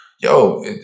yo